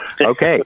Okay